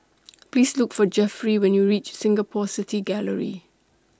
Please Look For Jeffery when YOU REACH Singapore City Gallery